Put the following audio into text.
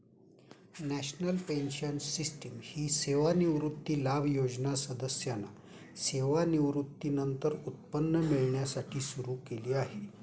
national Pension System ही सेवानिवृत्ती लाभ योजना सदस्यांना सेवानिवृत्तीनंतर उत्पन्न मिळण्यासाठी सुरू केली आहे